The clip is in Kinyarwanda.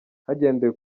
hagendewe